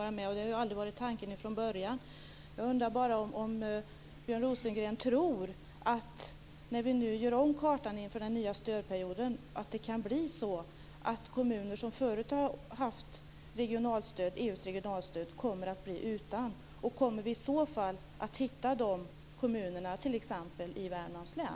Fru talman! Jag förstår också att alla kommuner inte kan vara med. Det har aldrig varit tanken från början. Jag undrar bara om Björn Rosengren tror att det kan bli så, när vi nu gör om kartan inför den nya stödperioden, att kommuner som förut har haft EU:s regionalstöd kommer att bli utan. Kommer vi i så fall att hitta de kommunerna i t.ex. Värmlands län?